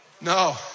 No